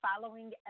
following